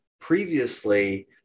previously